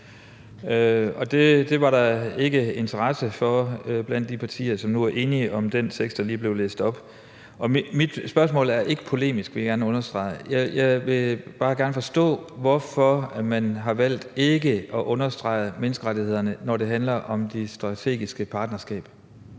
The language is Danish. Det var der ikke interesse for blandt de partier, som nu er enige om den tekst, der lige blev læst op. Mit spørgsmål er ikke polemisk, vil jeg gerne understrege. Jeg vil bare gerne forstå, hvorfor man har valgt ikke at understrege menneskerettighederne, når det handler om det strategiske partnerskab.